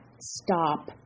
stop